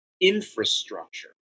infrastructure